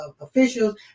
officials